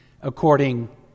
According